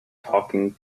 talking